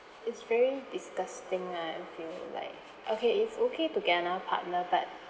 it's very disgusting lah I feel like okay it's okay to get another partner but